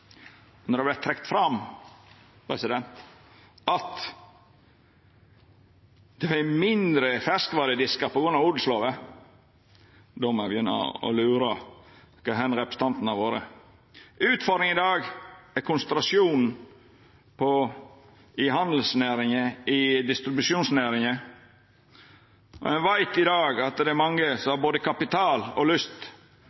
det vert trekt fram at det er mindre i ferskvarediskar på grunn av odelslova, må eg lura på kvar representanten har vore. Utfordringa i dag er konsentrasjonen i handelsnæringa, i distribusjonsnæringa. I dag veit ein at mange av dei som